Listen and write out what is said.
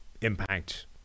impact